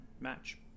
match